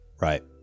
Right